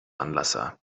anlasser